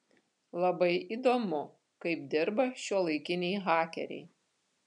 labai įdomu kaip dirba šiuolaikiniai hakeriai